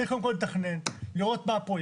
צריך קודם כל לתכנן, לראות מה הפרויקט.